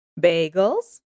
Bagels